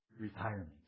retirement